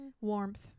warmth